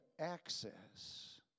access